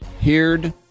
Heard